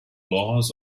laws